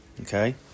Okay